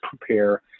prepare